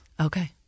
okay